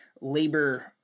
labor